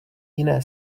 jiné